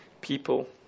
people